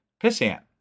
pissant